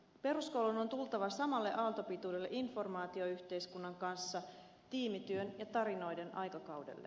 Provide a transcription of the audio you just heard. peruskoulun on tultava samalle aaltopituudelle informaatioyhteiskunnan kanssa tiimityön ja tarinoiden aikakaudelle